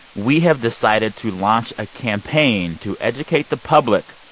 we have decided to launch a campaign to educate the public,